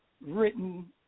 written